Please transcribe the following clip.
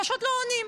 פשוט לא עונים,